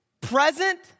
present